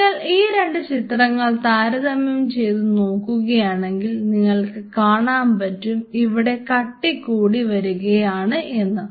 നിങ്ങൾ ഈ രണ്ട് ചിത്രങ്ങൾ താരതമ്യം ചെയ്തു നോക്കുകയാണെങ്കിൽ നിങ്ങൾക്ക് കാണാൻ പറ്റും ഇവിടെ കട്ടി കൂടി വരികയാണ് എന്ന്